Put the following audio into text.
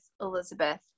Elizabeth